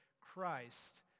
Christ